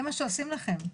זה מה שעושים לכם.